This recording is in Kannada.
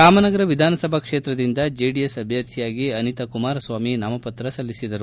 ರಾಮನಗರ ವಿಧಾನಸಭಾ ಕ್ಷೇತ್ರದಿಂದ ಜೆಡಿಎಸ್ ಅಭ್ಯರ್ಥಿಯಾಗಿ ಅನಿತಾ ಕುಮಾರಸ್ವಾಮಿ ನಾಮಪತ್ರ ಸಲ್ಲಿಸಿದರು